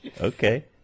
Okay